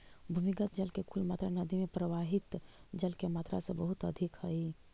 भूमिगत जल के कुल मात्रा नदि में प्रवाहित जल के मात्रा से बहुत अधिक हई